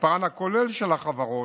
מספרן הכולל של החברות,